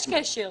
יש קשר.